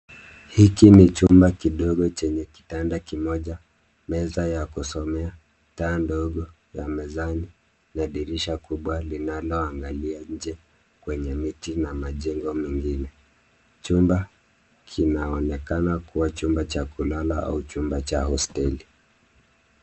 Hiki ni chumba kidogo chenye meza ya kusomea, taa ndogo ya mezani na dirisha kubwa linaloangalia nje kwenye miti na majengo mengine. Chumba kinaonekana kuwa chumba cha kulala au chumba cha hosteli.